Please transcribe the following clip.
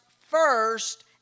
first